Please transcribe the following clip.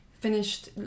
finished